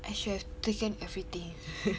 I should have taken everything